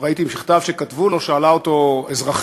וראיתי מכתב שכתבו לו, שאלה אותו אזרחית,